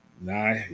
nah